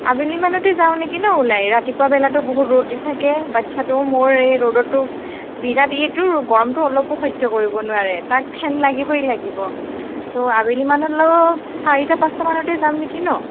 আবেলি মানতে যাওঁ নেকি ন ওলাই ৰাতি পুৱা বেলাতো বহুত ৰ'দ দি থাকে বাচ্ছাটো মোৰ এই ৰ'দততো বিৰাট এইটো গৰমটো অলপো সহ্য কৰিব নোৱাৰে তাক ফেন লাগিবই লাগিব ত' আবেলি মান হলেও চাৰিটা পাঁচটা মানতে যাম নেকি ন